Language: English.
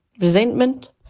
resentment